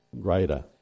greater